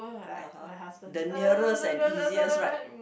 ah !huh! the nearest and easiest right